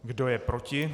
Kdo je proti?